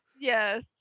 Yes